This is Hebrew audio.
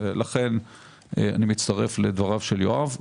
לכן אני מצטרף לדבריו של יואב.